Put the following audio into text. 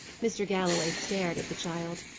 mr. galloway stared at the child.